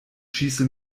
schieße